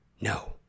No